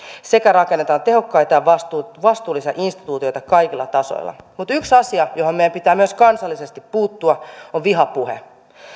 sekä rakennamme tehokkaita ja vastuullisia instituutioita kaikilla tasoilla mutta yksi asia johon meidän pitää myös kansallisesti puuttua on vihapuhe